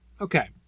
Okay